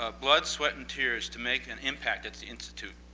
ah blood, sweat, and tears to make an impact at the institute.